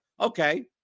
okay